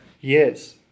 Yes